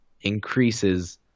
increases